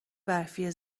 برفی